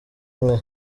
umwe